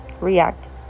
react